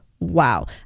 wow